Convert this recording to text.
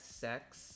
sex